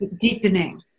deepening